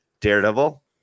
Daredevil